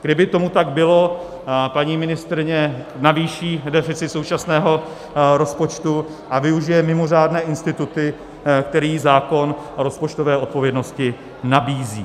Kdyby tomu tak bylo, paní ministryně navýší deficit současného rozpočtu a využije mimořádné instituty, které zákon o rozpočtové odpovědnosti nabízí.